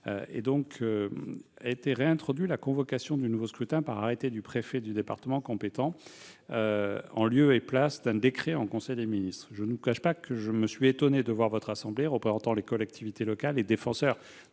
Il tend à réintroduire la convocation du nouveau scrutin par arrêté du préfet de département compétent en lieu et place d'un décret en conseil des ministres. Je ne vous cache pas que j'ai été surpris de voir que votre assemblée, qui représente pourtant les collectivités locales et défend